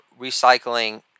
recycling